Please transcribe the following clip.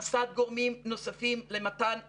הכנסת גורמים נוספים למתן מענה.